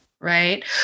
right